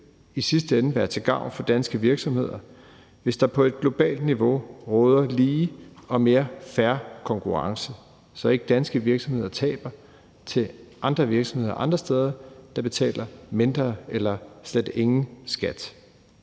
i sidste ende være til gavn for danske virksomheder, hvis der på et globalt niveau råder en lige og mere fair konkurrence, så danske virksomheder ikke taber til andre virksomheder andre steder, der betaler mindre i skat eller slet ingen skat